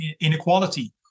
inequality